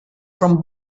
from